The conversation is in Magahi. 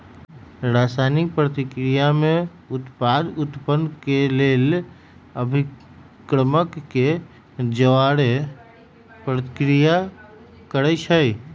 रसायनिक प्रतिक्रिया में उत्पाद उत्पन्न केलेल अभिक्रमक के जओरे प्रतिक्रिया करै छै